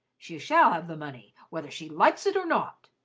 she shall have the money, whether she likes it or not!